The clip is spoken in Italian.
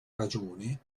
ragione